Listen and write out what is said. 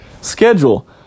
schedule